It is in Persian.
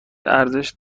ارزش